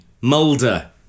Mulder